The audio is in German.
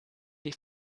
die